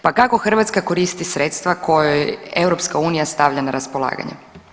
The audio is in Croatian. Pa kako Hrvatska koristi sredstva koja joj EU stavlja na raspolaganje?